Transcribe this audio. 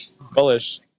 Bullish